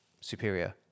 superior